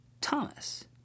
Thomas